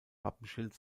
wappenschild